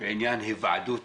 בעניין היוועדות